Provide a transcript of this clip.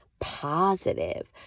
positive